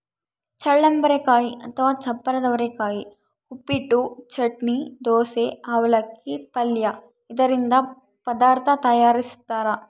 ಚಳ್ಳಂಬರೆಕಾಯಿ ಅಥವಾ ಚಪ್ಪರದವರೆಕಾಯಿ ಉಪ್ಪಿಟ್ಟು, ಚಟ್ನಿ, ದೋಸೆ, ಅವಲಕ್ಕಿ, ಪಲ್ಯ ಇದರಿಂದ ಪದಾರ್ಥ ತಯಾರಿಸ್ತಾರ